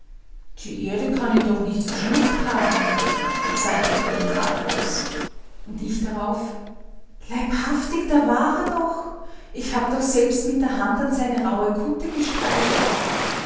die erde kann ihn doch nicht verschluckt haben sagt der poldl ratlos und ich darauf leibhaftig da war er doch ich hab doch selbst mit der hand an seine rauhe kutte gestreift